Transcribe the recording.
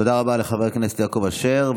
תודה רבה לחבר הכנסת יעקב אשר.